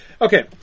Okay